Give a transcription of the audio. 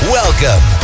welcome